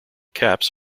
caps